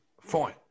Fine